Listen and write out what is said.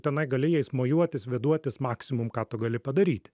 tenai gali jais mojuotis vėduotis maksimum ką tu gali padaryti